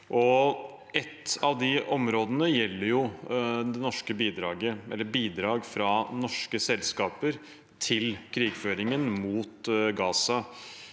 Et av de områdene gjelder bidrag fra norske selskaper til krigføringen mot Gaza.